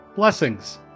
Blessings